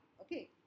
okay